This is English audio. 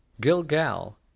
Gilgal